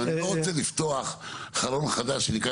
אבל אני לא רוצה לפתוח חלון חדש שנקרא